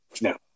No